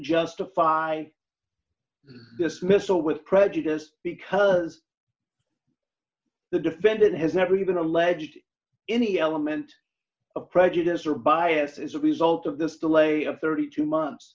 justify this missile with prejudice because the defendant has never even alleged any element of prejudice or bias as a result of this delay of thirty two months